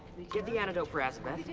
get the antidote for azabeth,